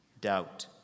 Doubt